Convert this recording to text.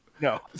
No